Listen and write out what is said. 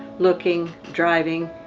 looking, driving.